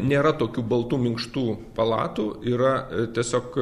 nėra tokių baltų minkštų palatų yra tiesiog